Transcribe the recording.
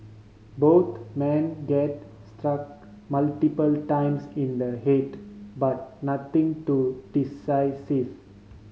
both men get struck multiple times in the head but nothing too decisive